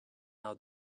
how